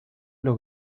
los